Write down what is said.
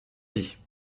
vies